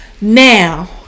Now